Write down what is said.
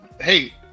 hey